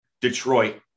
Detroit